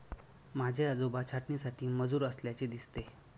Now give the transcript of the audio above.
माझे आजोबा छाटणीसाठी मजूर असल्याचे दिसते